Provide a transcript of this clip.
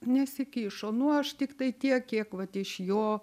nesikišo nu aš tiktai tiek kiek vat iš jo